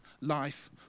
life